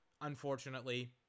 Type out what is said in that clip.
Unfortunately